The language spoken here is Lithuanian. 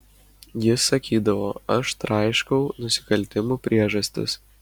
jis sakydavo aš traiškau nusikaltimų priežastis